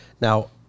Now